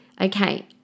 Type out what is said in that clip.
Okay